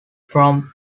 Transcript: from